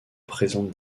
présente